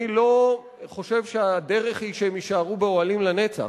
אני לא חושב שהדרך היא שהם יישארו באוהלים לנצח.